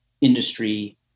industry